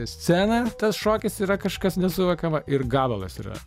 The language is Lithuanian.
scena tas šokis yra kažkas nesuvokiama ir gabalas yra